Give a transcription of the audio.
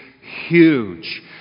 huge